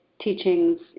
teachings